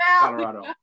Colorado